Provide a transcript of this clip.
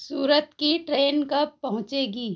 सूरत की ट्रेन कब पहुँचेंगी